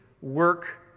work